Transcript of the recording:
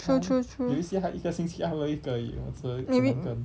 true true true